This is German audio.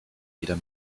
wieder